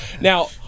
Now